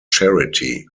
charity